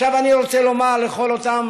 עכשיו אני רוצה לומר לכל אותם